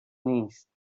نیست